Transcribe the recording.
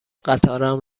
قطارم